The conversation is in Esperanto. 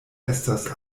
estas